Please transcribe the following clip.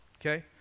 okay